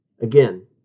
Again